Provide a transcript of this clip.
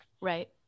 Right